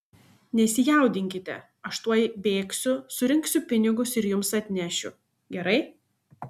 nesijaudinkite aš tuoj bėgsiu surinksiu pinigus ir jums atnešiu gerai